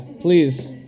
please